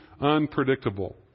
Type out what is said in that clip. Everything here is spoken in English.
unpredictable